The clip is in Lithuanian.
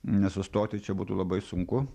nes sustoti čia būtų labai sunku